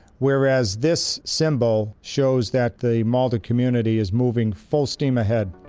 whereas this symbol shows that the malden community is moving full steam ahead.